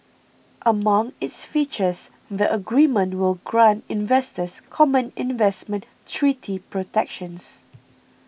among its features the agreement will grant investors common investment treaty protections